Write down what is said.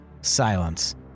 silence